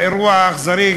האירוע האכזרי,